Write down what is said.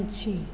पक्षी